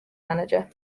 manager